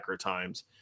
times